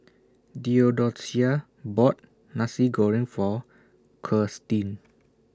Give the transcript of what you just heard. Theodocia bought Nasi Goreng For Kirstin